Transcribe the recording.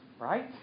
Right